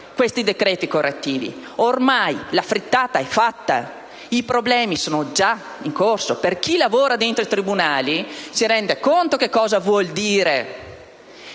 questi decreti correttivi. Ormai la frittata è fatta, i problemi sono già in corso. Chi lavora dentro i tribunali si rende conto di cosa vuol dire.